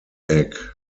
egg